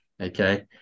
Okay